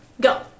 go